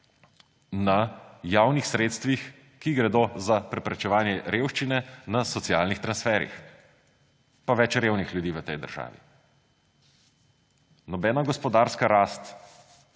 na javnih sredstvih, ki gredo za preprečevanje revščine na socialnih transferjih, pa več revnih ljudi v tej državi. Nobena gospodarska rast